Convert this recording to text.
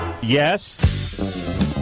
Yes